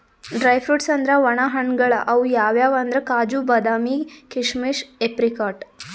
dry fruits ಅಂದ್ರ ವಣ ಹಣ್ಣ್ಗಳ್ ಅವ್ ಯಾವ್ಯಾವ್ ಅಂದ್ರ್ ಕಾಜು, ಬಾದಾಮಿ, ಕೀಶಮಿಶ್, ಏಪ್ರಿಕಾಟ್